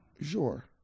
Sure